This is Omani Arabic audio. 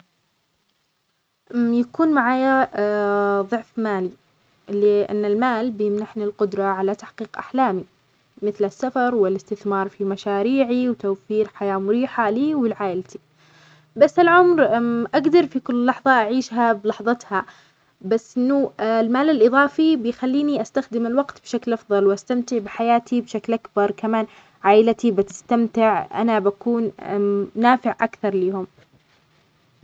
أفضل أن يكون عندي ضِعف عمري. لأن الوقت أكثر قيمة من المال، وعندي الفرصة أعيش حياة أطول، أتعلم أكثر، وأحقق أشياء ما لحقتها في حياتي الحالية. المال يمكنني اكتسابه مع مرور الوقت، لكن العمر ما يرجع.